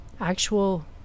actual